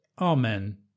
Amen